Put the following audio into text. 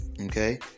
okay